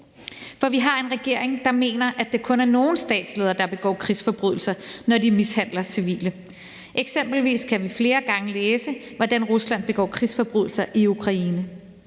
For vi har en regering, der mener, at det kun er nogle statsledere, der begår krigsforbrydelser, når de mishandler civile. Eksempelvis kan vi flere gange læse, hvordan Rusland begår krigsforbrydelser i Ukraine.